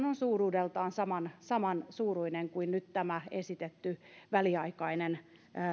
on suuruudeltaan saman saman suuruinen kuin nyt tämä esitetty väliaikainen